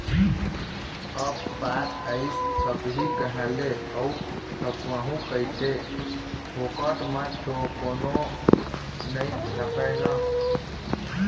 अब बात आइस छपही काँहा ले अऊ छपवाहूँ कइसे, फोकट म तो कोनो नइ छापय ना